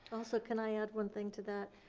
also can i add one thing to that?